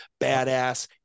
badass